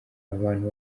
abantu